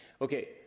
Okay